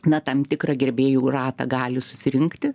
na tam tikrą gerbėjų ratą gali susirinkti